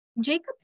Jacob